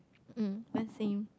mm mine's same